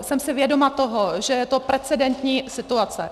Jsem si vědoma toho, že je to precedentní situace.